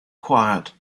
quiet